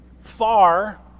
far